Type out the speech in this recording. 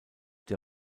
der